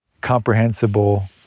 comprehensible